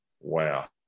wow